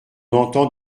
entend